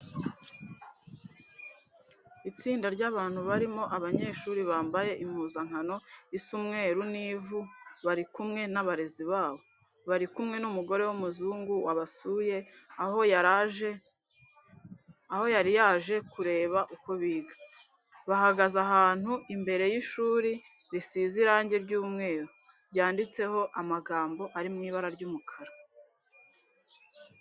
Itsinda ry'abantu barimo abanyeshuri bambaye impuzankano isa umweru n'ivu bari kumwe n'abarezi babo. Bari kumwe n'umugore w'umuzungu wabasuye aho yari yaje kureba uko biga. Bahagaze ahantu imbere y'ishuri risizeho irange ry'umweru ryanditsemo amagambo ari mu ibara ry'umukara.